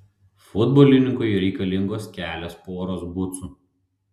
futbolininkui reikalingos kelios poros bucų